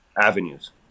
avenues